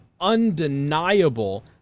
undeniable